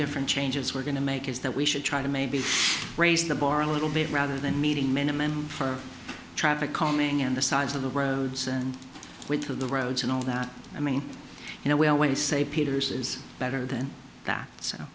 different changes we're going to make is that we should try to maybe raise the bar a little bit rather than meeting minimum for traffic coming in this size of the roads and width of the roads and all that i mean you know we always say peters is better than that so